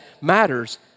matters